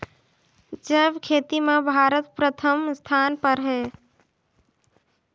जैविक खेती म भारत प्रथम स्थान पर हे